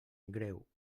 greu